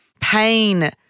pain